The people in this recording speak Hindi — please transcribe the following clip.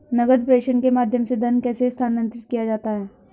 नकद प्रेषण के माध्यम से धन कैसे स्थानांतरित किया जाता है?